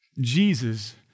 Jesus